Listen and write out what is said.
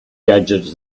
gadgets